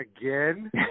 again